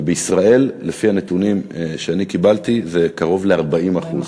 ובישראל, לפי הנתונים שאני קיבלתי, זה קרוב ל-40%.